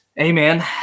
Amen